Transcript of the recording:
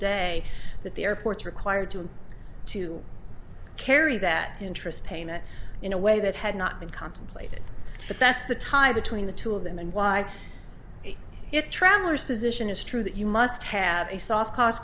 day that the airports require to to carry that interest payment in a way that had not been contemplated but that's the tie between the two of them and why it travelers position is true that you must have a soft cost